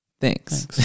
thanks